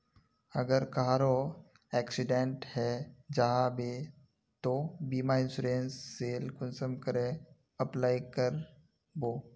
अगर कहारो एक्सीडेंट है जाहा बे तो बीमा इंश्योरेंस सेल कुंसम करे अप्लाई कर बो?